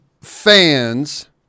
fans